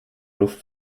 luft